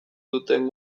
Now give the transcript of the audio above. duten